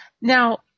Now